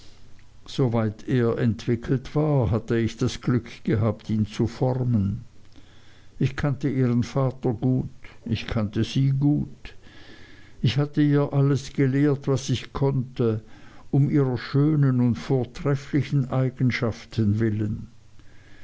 soweit er entwickelt war hatte ich das glück gehabt ihn zu formen ich kannte ihren vater gut ich kannte sie gut ich hatte ihr alles gelehrt was ich konnte um ihrer schönen und vortrefflichen eigenschaften willen